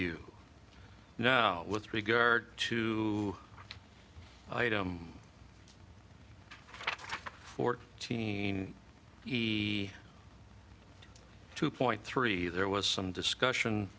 you now with regard to item for teen e two point three there was some discussion